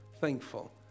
thankful